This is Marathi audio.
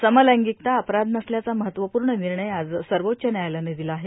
समलैंगिकता अपराध नसल्याचा महत्वपूर्ण निर्णय आज सर्वोच्व न्यायालयानं दिला आहे